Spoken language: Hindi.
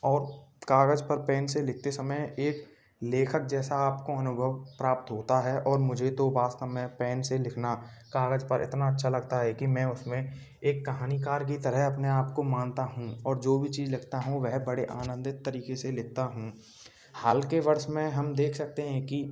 और कागज़ पर पेन से लिखते समय एक लेखक जैसा आपको अनुभव प्राप्त होता है और मुझे तो वास्तव में पेन से लिखना कागज़ पर इतना अच्छा लगता है कि मैं उसमें एक कहानीकार की तरह अपने आपको मानता हूँ और जो भी चीज़ लिखता हूँ वह बड़े आनंदित तरीके से लिखता हूँ हाल के वर्ष में हम देख सकते हैं कि